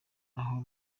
aho